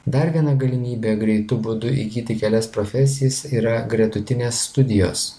dar viena galimybė greitu būdu įgyti kelias profesijas yra gretutinės studijos